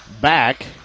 back